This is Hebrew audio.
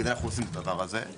לכן אנחנו עושים את הדבר הזה.